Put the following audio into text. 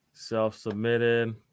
self-submitted